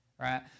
right